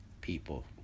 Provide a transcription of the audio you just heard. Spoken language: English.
people